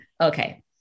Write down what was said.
okay